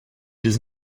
does